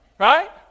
Right